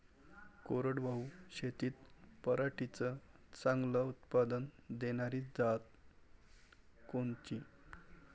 कोरडवाहू शेतीत पराटीचं चांगलं उत्पादन देनारी जात कोनची?